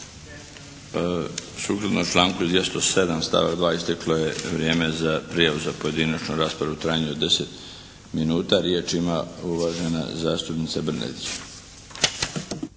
Sukladno članku 207. stavak 2. isteklo je vrijeme za prijavu za pojedinačnu raspravu u trajanju od 10 minuta. Riječ ima uvažena zastupnica Brnadić.